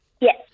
Yes